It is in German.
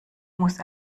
muss